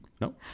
No